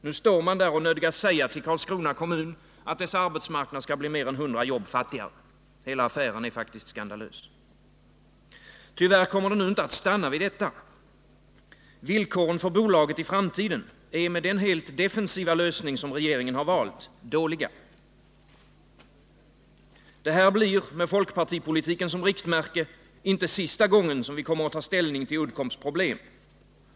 Nu står man där och nödgas säga till Karlskrona kommun att dess arbetsmarknad skall bli mer än hundra jobb fattigare. Hela affären är faktiskt skandalös. Tyvärr kommer det inte att stanna vid detta. Villkoren för bolaget i framtiden är, med den helt defensiva lösning som regeringen valt, dåliga. Det här blir med folkpartipolitiken som riktmärke inte sista gången vi kommer att ta ställning till Uddcombs problem.